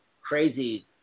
crazy